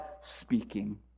speaking